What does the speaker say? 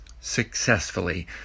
successfully